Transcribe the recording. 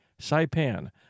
Saipan